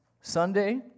Sunday